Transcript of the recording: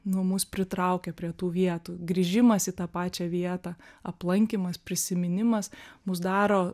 nu mus pritraukia prie tų vietų grįžimas į tą pačią vietą aplankymas prisiminimas mus daro